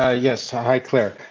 ah yes, ah hi, claire. ah.